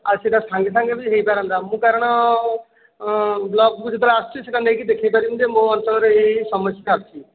ଆଉ ସେହିଟା ସାଙ୍ଗେ ସାଙ୍ଗେ ବି ହୋଇ ପାରନ୍ତା ମୁଁ କାରଣ ବ୍ଲକ କୁ ଯେତେବେଳେ ଆସୁଛି ସେହିଟା ନେଇକି ଦେଖାଇ ପାରିବି ଯେ ମୋ ଅଞ୍ଚଳ ରେ ଏହି ଏହି ସମସ୍ୟା ଅଛି